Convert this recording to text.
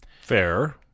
Fair